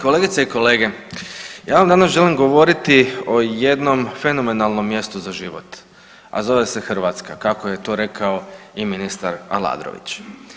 Kolegice i kolege, ja vam danas želim govoriti o jednom fenomenalnom mjestu za život, a zove se Hrvatska kako je to rekao i ministar Aladrović.